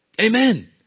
Amen